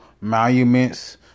monuments